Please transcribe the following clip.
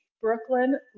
Brooklyn